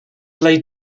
laid